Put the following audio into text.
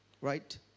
right